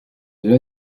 delà